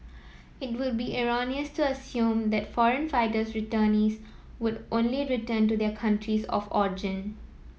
it would be erroneous to assume that foreign fighter returnees would only return to their countries of origin